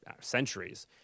centuries